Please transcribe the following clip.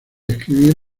escribir